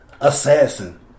assassin